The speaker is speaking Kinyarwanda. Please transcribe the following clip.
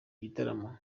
gitaramo